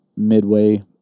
Midway